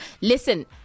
Listen